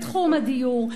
בתחום הדיור,